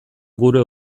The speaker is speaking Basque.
gure